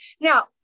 Now